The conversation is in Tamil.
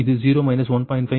5 ஆகும்